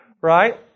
right